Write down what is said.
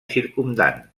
circumdant